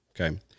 Okay